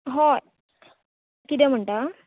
हय कितें म्हणटा